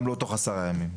גם לא תוך עשרה ימים.